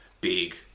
big